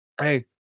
Hey